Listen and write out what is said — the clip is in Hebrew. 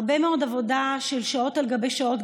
הרבה מאוד עבודה של שעות על גבי שעות,